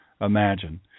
imagine